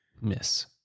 Miss